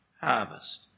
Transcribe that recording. harvest